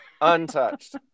untouched